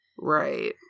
right